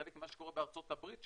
חלק ממה שקורה בארצות הברית,